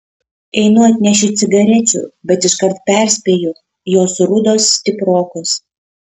einu atnešiu cigarečių bet iškart perspėju jos rudos stiprokos